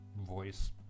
voice